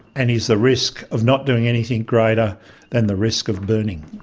and is the risk of not doing anything greater than the risk of burning?